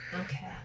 Okay